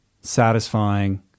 satisfying